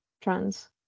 trends